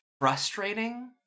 frustrating